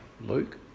Luke